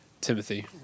Timothy